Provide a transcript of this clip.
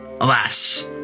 Alas